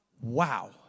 Wow